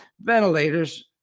ventilators